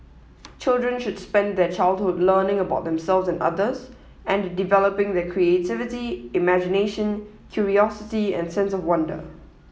children should spend their childhood learning about themselves and others and developing their creativity imagination curiosity and sense of wonder